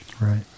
Right